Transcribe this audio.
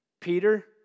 Peter